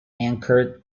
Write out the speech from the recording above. anchored